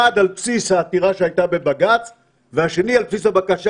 אחד על בסיס העתירה שהייתה בבג"ץ והשני על בסיס הבקשה